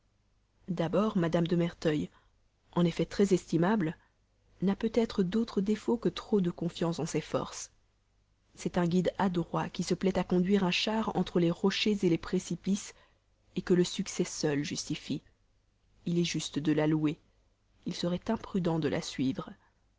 d'abord mme de merteuil en effet très estimable n'a peut-être d'autre défaut que trop de confiance en ses forces c'est un guide adroit qui se plaît à conduire un char entre les rochers les précipices que le succès seul justifie il est juste de la louer il serait imprudent de la suivre